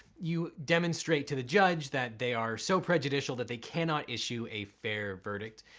you demonstrate to the judge that they are so prejudicial that they cannot issue a fair verdict.